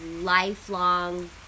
lifelong